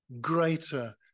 greater